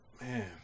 man